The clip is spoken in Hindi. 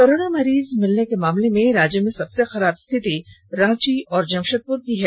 कोरोना मरीज मिलने के मामले में राज्य में सबसे खराब स्थिति रांची और जमशेदपुर की है